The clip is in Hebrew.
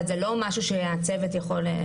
אבל זה לא משהו שהצוות יכול.